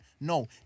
No